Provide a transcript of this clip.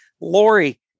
Lori